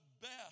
best